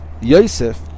Yosef